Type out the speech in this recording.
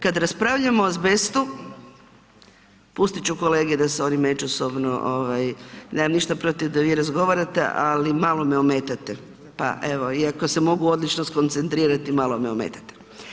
Kad raspravljamo o azbestu… pustit ću kolege da se oni međusobno, nemam ništa protiv da vi razgovarate, ali malo me ometate, pa evo, iako se mogu odlično skoncentrirati, malo me ometate.